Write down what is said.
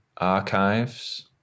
archives